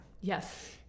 yes